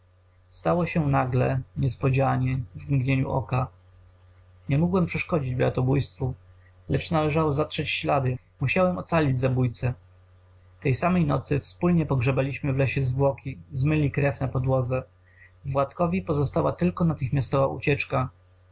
stało się nagle niespodzianie w mgnieniu oka nie mogłem przeszkodzić bratobójstwu lecz należało zatrzeć ślady musiałem ocalić zabójcę tej samej nocy wspólnie pogrzebaliśmy w lesie zwłoki zmyli krew na podłodze władkowi pozostała tylko natychmiastowa ucieczka